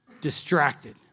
distracted